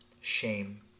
Shame